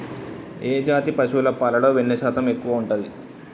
ఏ జాతి పశువుల పాలలో వెన్నె శాతం ఎక్కువ ఉంటది?